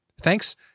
Thanks